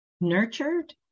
nurtured